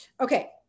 Okay